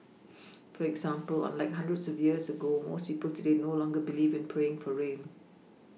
for example unlike hundreds of years ago most people today no longer believe in praying for rain